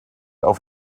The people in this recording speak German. auf